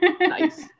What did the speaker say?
Nice